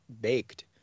baked